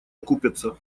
окупятся